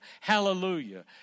Hallelujah